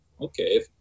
okay